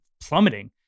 plummeting